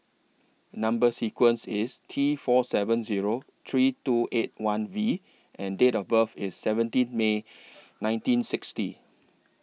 Number sequence IS T four seven Zero three two eight one V and Date of birth IS seventeen May nineteen sixty